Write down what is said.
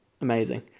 Amazing